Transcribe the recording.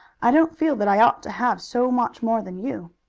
i don't feel that i ought to have so much more than you.